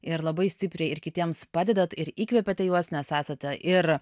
ir labai stipriai ir kitiems padedat ir įkvepiate juos nes esate ir